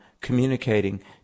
communicating